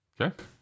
Okay